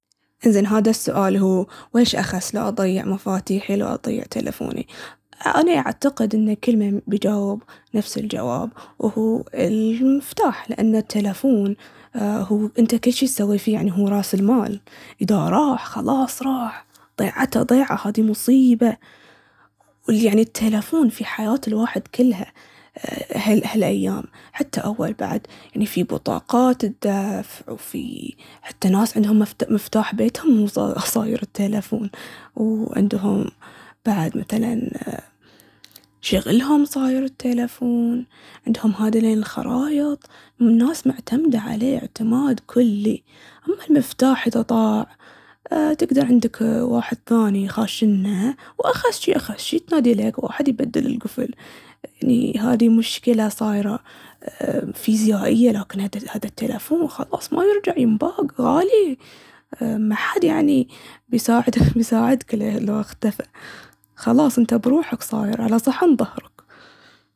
انزين هذا السؤال هو: ويش أخس، لو أضيع مفاتيحي لو أضيع تيلفوني؟ أني أعتقد ان كل مين بيجاوب نفس الجواب، و هو المفتاح. لأن التيلفون هو، انته كل شي تسوي فيه، يعني هو راس المال. اذا راح، خلاص راح، ضيعته ضيعة، هادي مصيبة. و يعني التيلفون فيه حياة الواحد كلها ه- هالأيام، حتى أول بعد. يعني فيه بطاقات الدفع، وفيه- حتى ناس عندهم مفت- مفتاح بيتهم صا- صاير في التيلفون. وعندم بعد مثلاً شغلهم صاير التيلفون، عندهم هاديلين الخرايط، والناس معتمدة عليه اعتماد كلي. و أما المفتاح اذا ضاع، أ- تقدر عندك واحد ثاني، خاشنه، وأخس شي أخس شي تنادي ليك واحد يبدل القفل. يعني هادي مشكلة صايرة فيزيائية، لكن هذا التيلفون خلاص ما يرجع، ينباق، غالي. محد يعني يساعدك- يساعدك لو اختفى، خلاص انته بروحك صاير، على صحن ظهرك.